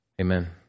Amen